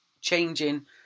changing